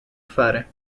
fare